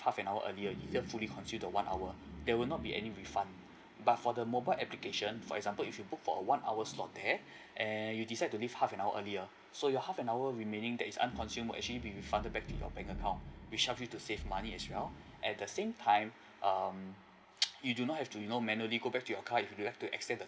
half an hour earlier you just fully consumed the one hour there will not be any refund but for the mobile application for example if you book for a one hour slot there and you decide to leave half an hour earlier so your half an hour remaining that is unconsumed will actually be refunded back to your bank account which help you to save money as well at the same time um you do not have to you know manually go back to your car if you would like to extend the